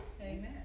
Amen